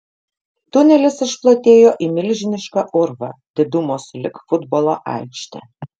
tunelis išplatėjo į milžinišką urvą didumo sulig futbolo aikšte